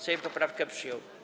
Sejm poprawkę przyjął.